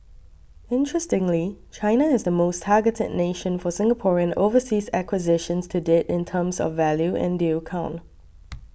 interestingly China is the most targeted nation for Singaporean overseas acquisitions to date in terms of value and deal count